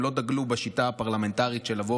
הם לא דגלו בשיטה הפרלמנטרית של לבוא